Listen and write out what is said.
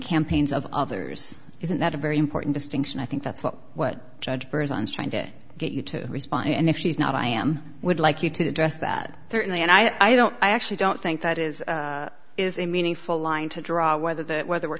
campaigns of others isn't that a very important distinction i think that's what what judge persons trying to get you to respond to and if she's not i am would like you to address that certainly and i don't i actually don't think that is is a meaningful line to draw whether the whether we're